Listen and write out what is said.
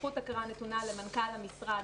הסמכות הנתונה למנכ"ל המשרד.